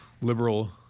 liberal